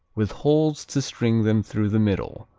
with holes to string them through the middle,